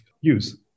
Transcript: use